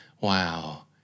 Wow